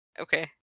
Okay